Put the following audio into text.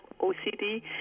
ocd